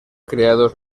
creados